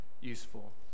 useful